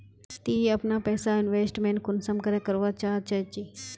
ती अपना पैसा इन्वेस्टमेंट कुंसम करे करवा चाँ चची?